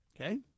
okay